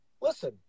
listen